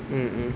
mm mm